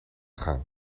gaan